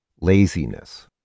laziness